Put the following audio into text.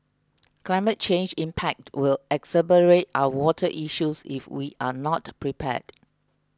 climate change impact will exacerbate our water issues if we are not prepared